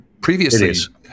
previously